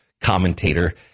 commentator